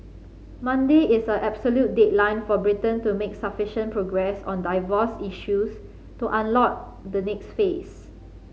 Monday is the absolute deadline for Britain to make sufficient progress on divorce issues to unlock the next phase